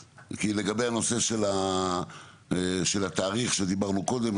לגבי הנושא של התאריך עליו דיברנו קודם,